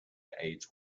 age